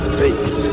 face